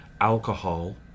alcohol